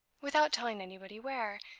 without telling anybody where,